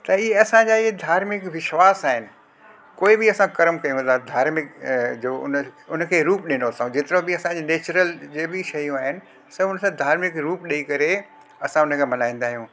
त हीअ असांजा इहे धार्मिक विश्वासु आहिनि कोई बि असां कर्म कयूं था धार्मिक अ जो उनमें उनखे रूप ॾिनो असां जेतिरो बि असांजी नेचुरल जो बि शयूं आहिनि सभु उन सां धार्मिक रूप ॾेई करे असां उनखे मल्हाईंदा आहियूं